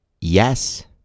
yes